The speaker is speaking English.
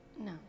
no